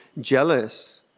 jealous